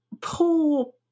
poor